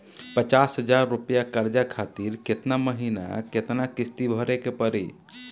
पचास हज़ार रुपया कर्जा खातिर केतना महीना केतना किश्ती भरे के पड़ी?